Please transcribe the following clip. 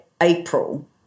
April